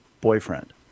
boyfriend